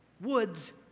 woods